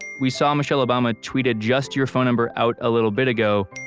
we saw michelle obama tweeted just your phone number out a little bit ago.